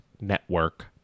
Network